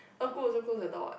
ah close ah close the door